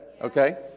okay